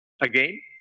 Again